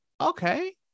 Okay